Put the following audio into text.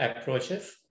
approaches